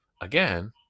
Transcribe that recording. again